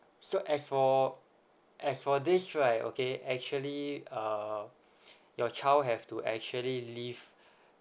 so as for as for this right okay actually uh your child have to actually leave